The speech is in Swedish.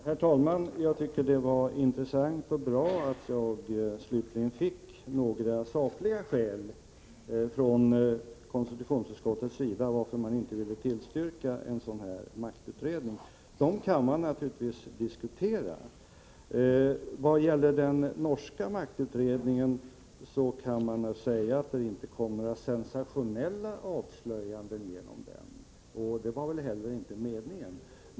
Herr talman! Det var intressant och bra att jag från konstitutionsutskottet slutligen fick några sakliga skäl för att man inte ville tillstyrka förslaget om en sådan här maktutredning. Sedan kan man naturligtvis diskutera skälen. Den norska maktutredningen medförde inte några sensationella avslöjanden, vilket väl inte heller var meningen.